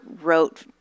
wrote